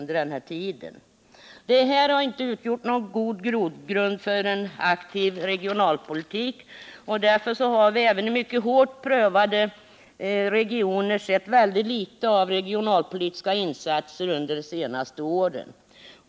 Detta har inte utgjort någon god grogrund för en aktiv regionalpolitik, och därför har vi även i mycket hårt prövade regioner sett väldigt litet av regionalpolitiska insatser under de senaste åren.